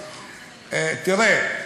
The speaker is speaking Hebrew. תראה,